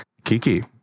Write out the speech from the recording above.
Kiki